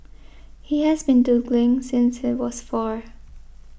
he has been doodling since he was four